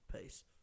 Peace